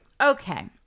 Okay